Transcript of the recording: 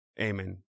Amen